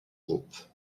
groupe